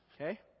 okay